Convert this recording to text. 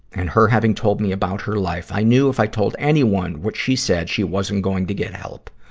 and her having told me about her life, i knew if i told anyone what she said, she wasn't going to get help.